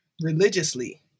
religiously